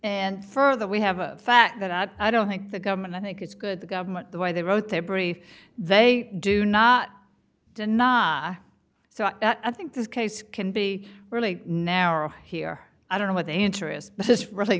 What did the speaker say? and further we have a fact that i don't think the government i think it's good the government the way they wrote their brief they do not deny so i think this case can be really narrow here i don't know what the interest this r